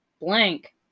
Blank